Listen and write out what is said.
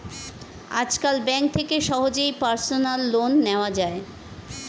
আজকাল ব্যাঙ্ক থেকে সহজেই পার্সোনাল লোন নেওয়া যায়